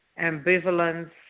ambivalence